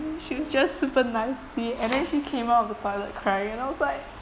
she was just super nicely and then she came out of the toilet crying I was like